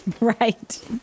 Right